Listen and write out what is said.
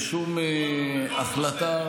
ושום החלטה,